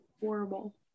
horrible